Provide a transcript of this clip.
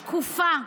שקופה.